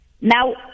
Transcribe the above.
now